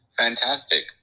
fantastic